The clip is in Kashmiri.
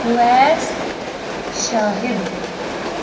اُویس شاہِد